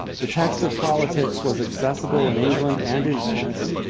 the text of politics was accessible in england and in venice.